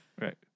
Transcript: Right